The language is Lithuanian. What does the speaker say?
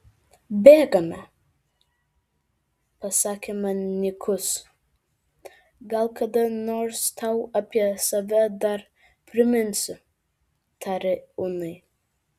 bėgame pasakė man nykus gal kada nors tau apie save dar priminsiu tarė unai